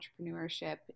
entrepreneurship